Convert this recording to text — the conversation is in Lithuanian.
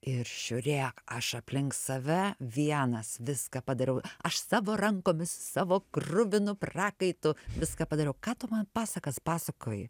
ir žiūrėk aš aplink save vienas viską padariau aš savo rankomis savo kruvinu prakaitu viską padariau ką tu man pasakas pasakoji